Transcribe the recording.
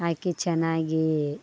ಹಾಕಿ ಚೆನ್ನಾಗೀ